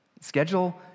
Schedule